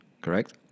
correct